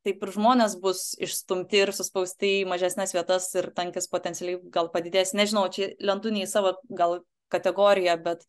taip ir žmonės bus išstumti ir suspausti į mažesnes vietas ir tankis potencialiai gal padidės nežinau čia lendu ne į savo gal kategoriją bet